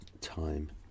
time